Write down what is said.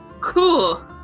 Cool